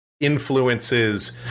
influences